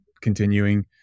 continuing